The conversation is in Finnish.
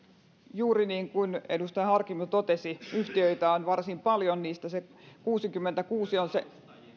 juuri niin kuin edustaja harkimo totesi yhtiöitä on varsin paljon niistä kuusikymmentäkuusi on se